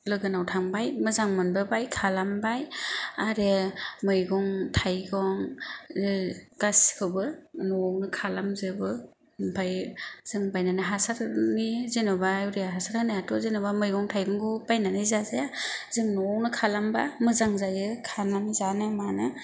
लोगोनाव थांबाय मोजां मोनबोबाय खालामबाय आरो मैगं थायगं गासिखौबो न'आवनो खालामजोबो ओमफ्राय जों बायनानै हासारनि जेनेबा इउरिया हासार होनायाथ' जेनेबा मैगं थायगंखौ बायनानै जाजाया जों न'आवनो खालामबा मोजां जायो खानानै जानो मानो